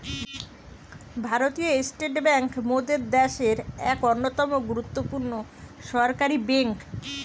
ভারতীয় state bank মোদের দ্যাশের এক অন্যতম গুরুত্বপূর্ণ সরকারি বেঙ্ক